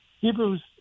Hebrews